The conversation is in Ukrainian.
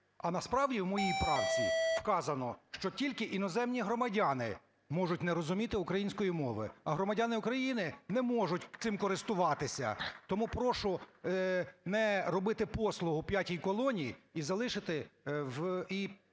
А насправді в моїй правці вказано, що тільки іноземні громадяни можуть не розуміти української мови, а громадяни України не можуть цим користуватися. Тому прошу не робити послугу "п'ятій колоні" і залишити… і